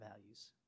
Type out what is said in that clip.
values